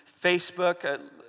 Facebook